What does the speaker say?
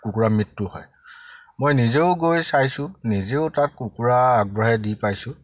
কুকুৰা মৃত্যু হয় মই নিজেও গৈ চাইছোঁ নিজেও তাত কুকুৰা আগবঢ়াই দি পাইছোঁ